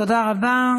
תודה רבה.